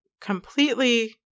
completely